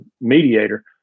mediator